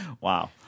Wow